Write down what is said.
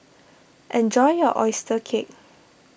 enjoy your Oyster Cake